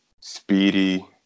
Speedy